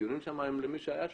הדיונים שם הם למי שהיה שם,